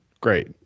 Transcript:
Great